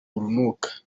urunuka